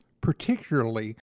particularly